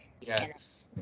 yes